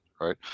right